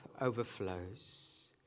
overflows